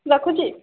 ରଖୁଛି